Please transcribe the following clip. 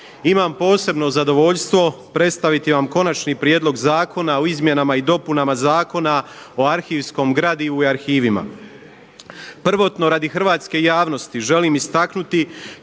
imam posebno zadovoljstvo predstaviti vam Konačni prijedlog zakona o izmjenama i dopunama Zakona o arhivskom gradivu i arhivima. Prvotno radi hrvatske javnosti želim istaknuti